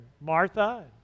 Martha